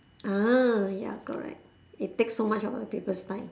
ah ya correct it takes so much of uh people's time